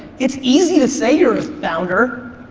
it's easy to say you're a founder.